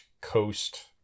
coast